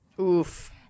Oof